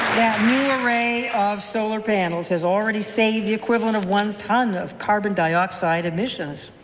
new array of solar panels has already saved the equivalent of one ton of carbon dioxide emissions.